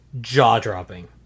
jaw-dropping